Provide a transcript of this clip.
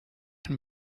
and